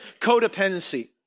codependency